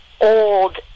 old